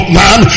man